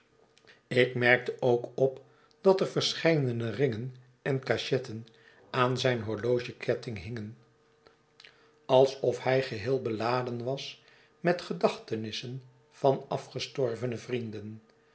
ik merkte ook op dat er verscheidene ringen en cachetten aan zijn horlogeketting hingen alsof hij geheel beiaden was met gedachtenissen van algestorvene vrienden